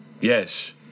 Yes